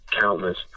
countless